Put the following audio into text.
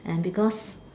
and because